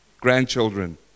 grandchildren